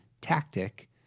tactic